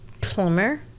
Plumber